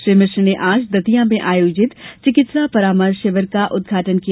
श्री मिश्र ने आज दतियां में आयोजित चिकित्सा परामर्श शिविर का उद्घाटन किया